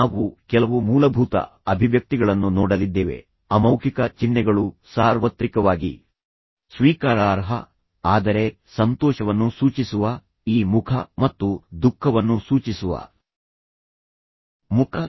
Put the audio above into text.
ನಾವು ಕೆಲವು ಮೂಲಭೂತ ಅಭಿವ್ಯಕ್ತಿಗಳನ್ನು ನೋಡಲಿದ್ದೇವೆ ಅಮೌಖಿಕ ಚಿಹ್ನೆಗಳು ಸಾರ್ವತ್ರಿಕವಾಗಿ ಸ್ವೀಕಾರಾರ್ಹ ಆದರೆ ಸಂತೋಷವನ್ನು ಸೂಚಿಸುವ ಈ ಮುಖ ಮತ್ತು ದುಃಖವನ್ನು ಸೂಚಿಸುವ ಮುಖ